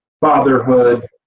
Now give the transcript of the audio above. fatherhood